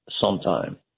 sometime